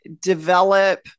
develop